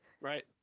Right